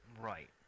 Right